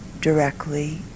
directly